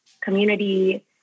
community